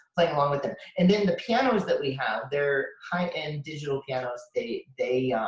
playing along with them. and then the pianos that we have, they're high end digital pianos. they they